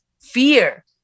fear